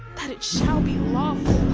that it shall be lawful.